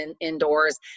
indoors